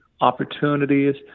opportunities